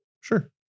Sure